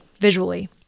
visually